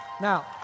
Now